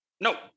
No